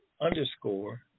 underscore